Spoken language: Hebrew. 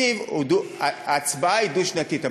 ההצבעה היא דו-שנתית,